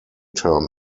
term